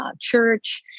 church